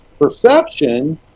perception